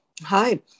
Hi